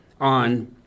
on